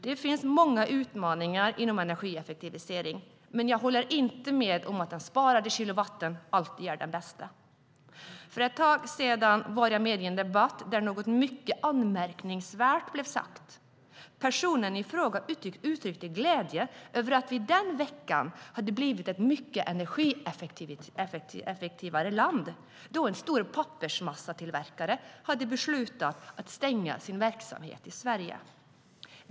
Det finns många utmaningar inom energieffektiviseringen, men jag håller inte med om att den sparade kilowattimmen alltid är den bästa. För ett tag sedan var jag med i en debatt där något mycket anmärkningsvärt blev sagt. Personen i fråga uttryckte glädje över att vi den veckan hade blivit ett mycket energieffektivare land då en stor pappersmassatillverkare hade beslutat att stänga sin verksamhet i Sverige.